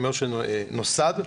שהוא נוסד.